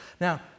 Now